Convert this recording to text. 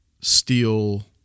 steal